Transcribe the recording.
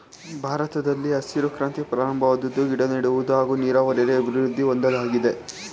ಭಾರತದಲ್ಲಿ ಹಸಿರು ಕ್ರಾಂತಿ ಪ್ರಾರಂಭವಾದ್ವು ಗಿಡನೆಡುವುದು ಹಾಗೂ ನೀರಾವರಿಲಿ ಅಭಿವೃದ್ದಿ ಹೊಂದೋದಾಗಿದೆ